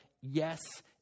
yes